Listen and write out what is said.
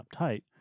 uptight